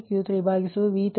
807 degree ಮತ್ತು V31 ನ 1